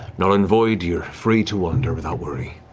null and void. you're free to wander without worry.